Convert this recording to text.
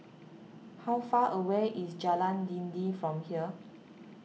how far away is Jalan Dinding from here